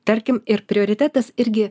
tarkim ir prioritetas irgi